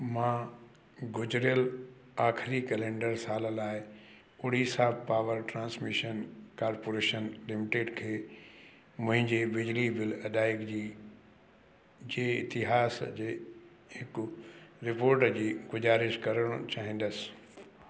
मां गुज़िरियलु आख़िरी कैलेंडर साल लाइ Odisha power transmission corporation limited खे मुहिंजे बिजली बिल अदायगी जी जे इतिहास जे हिकु रिपोर्ट जी गुजारिश करणु चाहींदुसि